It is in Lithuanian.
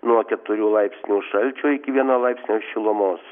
nuo keturių laipsnių šalčio iki vieno laipsnio šilumos